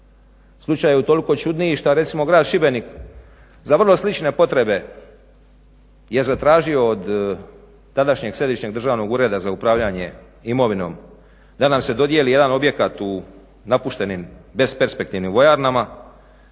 Slučaj je utoliko čudniji što recimo grad Šibenik za vrlo slične potrebe je zatražio od tadašnjeg središnjeg državnog ureda za upravljanje imovinom da nam se dodijeli jedan objekata u napuštenim besperspektivnim vojarnama